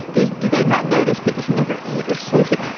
do do they not notice that you never eat or sleep